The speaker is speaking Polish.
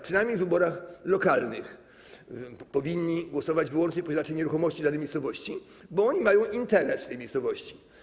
Przynajmniej w wyborach lokalnych powinni głosować wyłącznie posiadacze nieruchomości w danej miejscowości, bo oni mają interes w tej miejscowości.